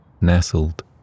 nestled